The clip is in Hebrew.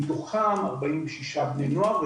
מתוכם ארבעים ושישה בני נוער,